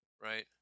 right